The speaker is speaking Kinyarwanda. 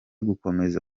gukomeza